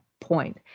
point